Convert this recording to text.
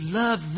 love